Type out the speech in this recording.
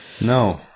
No